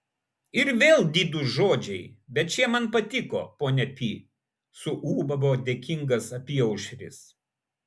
ir vėl didūs žodžiai bet šie man patiko ponia pi suūbavo dėkingas apyaušris